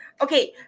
okay